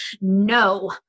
no